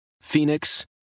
Phoenix